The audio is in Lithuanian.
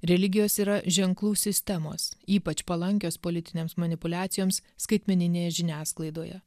religijos yra ženklų sistemos ypač palankios politinėms manipuliacijoms skaitmeninėje žiniasklaidoje